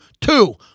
Two